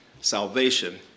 salvation